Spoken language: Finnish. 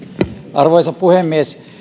arvoisa puhemies